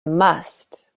must